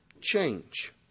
change